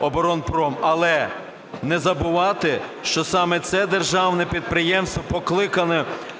оборонпром, але не забувати, що саме це державне підприємство покликане